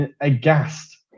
aghast